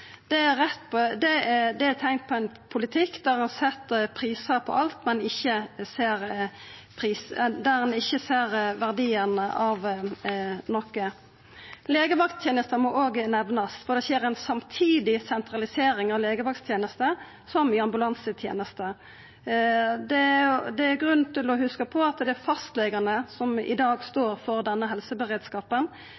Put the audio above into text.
er ikkje rett. Det er teikn på ein politikk der ein set prisar på alt, men der ein ikkje ser verdien av noko. Legevakttenesta må òg nemnast, for det skjer ei samtidig sentralisering av legevakttenesta som i ambulansetenesta. Det er grunn til å hugsa på at det er fastlegane som i dag